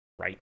right